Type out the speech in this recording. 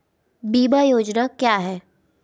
बीमा योजना क्या है?